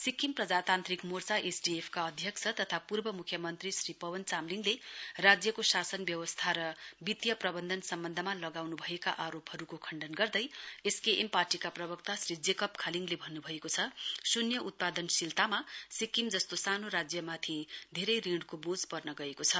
सिक्किम प्रजातान्त्रिक मोर्चा एसडीएफका अध्यक्ष तथा पूर्व मुख्यमन्त्री श्री पवन चामलिङले राज्यको शासन व्यवस्था र कमजोर वित्तिय अवस्था सम्बन्धमा लगाउन् भएका आरोपहरूको खण्डन गर्दै एसकेएम पार्टीका प्रवक्ता श्री जेकब खालिङले भन्न भएको छ शुन्य उत्पादनशीलतामा सिक्किम जस्तो सानो राज्यमाथि धेरै ऋणको बोझ पर्न गएको छ